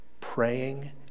praying